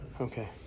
okay